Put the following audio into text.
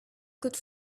could